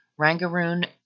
Rangaroon